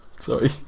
Sorry